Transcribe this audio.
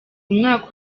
umwaka